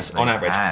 on average. yeah